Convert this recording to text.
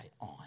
on